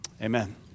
Amen